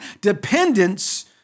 dependence